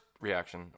reaction